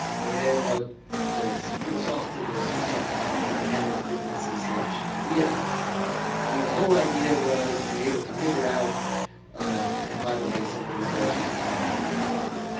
and the the secret sauce to this was something called dynamic frequency selection, dfs. so the whole idea was to be able to figure out and by the way, some of the radars are designed not to be detected,